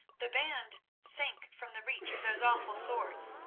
the band sank from the reach of those awful swords,